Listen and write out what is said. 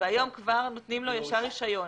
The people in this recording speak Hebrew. היום נותנים לו ישר רישיון.